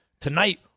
tonight